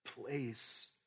place